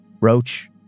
Roach